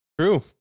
True